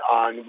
on